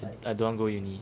I don't want go uni